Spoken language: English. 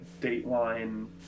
Dateline